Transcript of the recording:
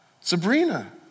Sabrina